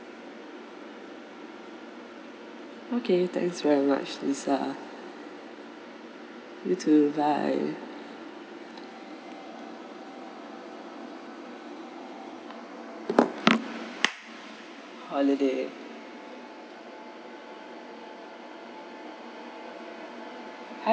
okay thanks very much lisa you too bye holiday hi